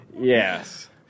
Yes